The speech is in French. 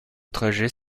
trajet